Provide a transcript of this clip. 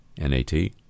N-A-T